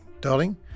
Darling